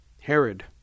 Herod